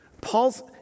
Paul's